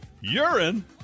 Urine